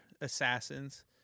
assassins